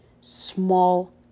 small